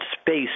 space